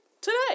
today